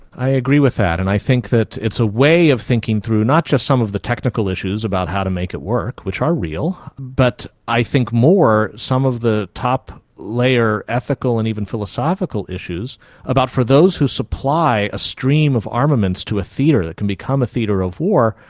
i agree with that, and i think that it's a way of thinking through not just some of the technical issues about how to make it work, which are real, but i think more some of the top layer ethical and even philosophical issues about for those who supply a stream of armaments to a theatre that can become become a theatre of war,